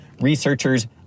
Researchers